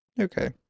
Okay